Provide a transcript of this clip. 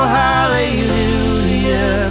hallelujah